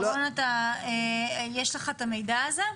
ירון, יש לך את המידע הזה?